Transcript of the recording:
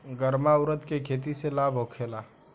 गर्मा उरद के खेती से लाभ होखे ला?